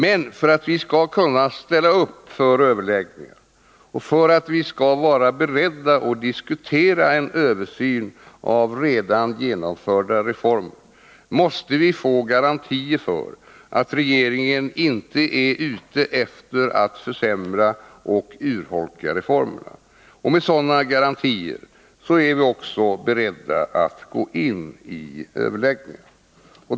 Men för att vi skall ställa upp för överläggningar och för att vi skall vara beredda att diskutera en översyn av redan genomförda reformer, måste vi få garantier för att regeringen inte är ute efter att försämra och urholka reformerna. Med sådana garantier är vi beredda att gå in i överläggningar.